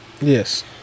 Yes